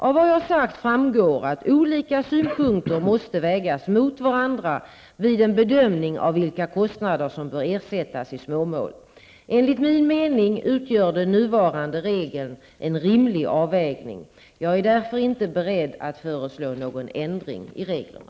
Av vad jag sagt framgår att olika synpunkter måste vägas mot varandra vid en bedömning av vilka kostnader som bör ersättas i småmål. Enligt min mening utgör den nuvarande regeln en rimlig avvägning. Jag är därför inte beredd att föreslå någon ändring i reglerna.